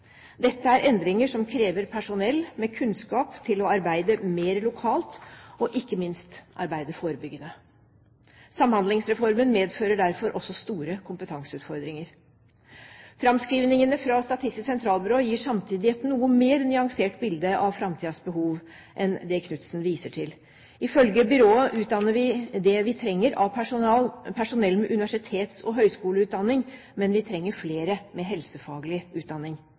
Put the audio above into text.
Dette er endringer som krever personell med kunnskap til å arbeide mer lokalt og ikke minst arbeide forebyggende. Samhandlingsreformen medfører derfor også store kompetanseutfordringer. Framskrivningene fra Statistisk sentralbyrå gir samtidig et noe mer nyansert bilde av framtidens behov enn det Knutsen viser til. Ifølge byrået utdanner vi det vi trenger av personell med universitets- og høyskoleutdanning, men vi trenger flere med helsefaglig utdanning.